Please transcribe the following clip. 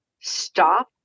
stop